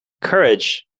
courage